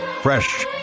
Fresh